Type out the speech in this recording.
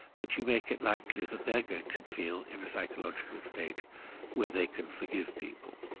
that you make it likely that they're going to feel in a psychological state where they can forgive people.